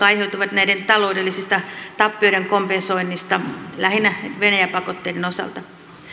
aiheutuneiden taloudellisten tappioiden kompensointiin lähinnä venäjä pakotteiden osalta